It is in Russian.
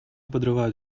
подрывают